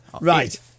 Right